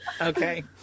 okay